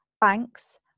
banks